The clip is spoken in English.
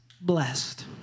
Blessed